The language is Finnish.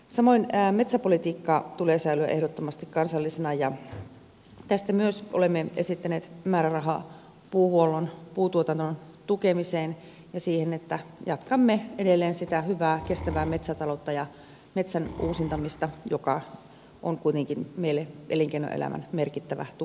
samoin metsäpolitiikan tulee säilyä ehdottomasti kansallisena ja tästä myös olemme esittäneet määrärahaa puuhuollon puutuotannon tukemiseen ja siihen että jatkamme edelleen sitä hyvää kestävää metsätaloutta ja metsän uusintamista joka on kuitenkin meille elinkeinoelämän merkittävä tukijalka